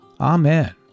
Amen